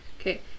Okay